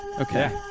Okay